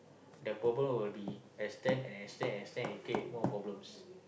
the problem will be extend and extend and extend and create more problems